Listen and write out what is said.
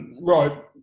Right